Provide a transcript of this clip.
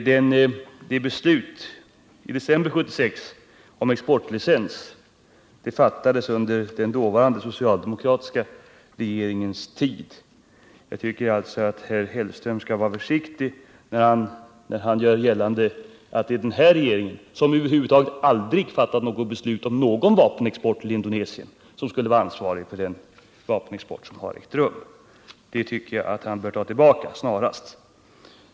Beslutet i december 1976 om exportlicens fattades under den dåvarande socialdemokratiska regeringens tid. Jag tycker alltså att herr Hellström skall vara försiktig när han vill försöka göra gällande att det är den här regeringen —- som över huvud taget aldrig har fattat beslut om någon vapenexport till Indonesien — som skulle vara ansvarig för den vapenexport som har ägt rum. Detta påstående tycker jag att han bör ta tillbaka snarast.